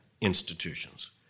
institutions